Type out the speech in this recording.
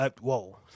Whoa